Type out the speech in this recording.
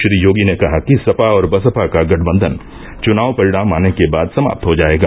श्री योगी ने कहा कि सपा और बसपा का गठबंधन चुनाव परिणाम आने के बाद समाप्त हो जायेगा